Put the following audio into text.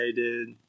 dude